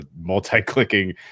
multi-clicking